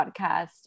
podcast